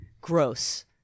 Gross